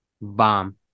bomb